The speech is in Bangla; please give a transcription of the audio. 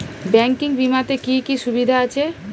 ব্যাঙ্কিং বিমাতে কি কি সুবিধা আছে?